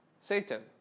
Satan